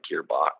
Gearbox